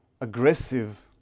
aggressive